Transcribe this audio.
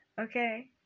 okay